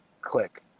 click